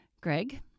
Greg